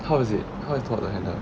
how is it how is too hot to handle